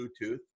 Bluetooth